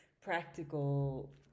practical